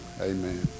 amen